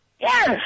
Yes